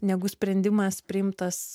negu sprendimas priimtas